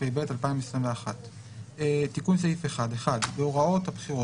התשפ"ב-2021 תיקון סעיף 1 בהוראות הבחירות